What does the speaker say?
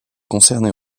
concerner